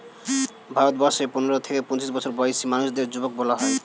ভারতবর্ষে পনেরো থেকে পঁচিশ বছর বয়সী মানুষদের যুবক বলা হয়